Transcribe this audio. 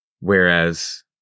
Whereas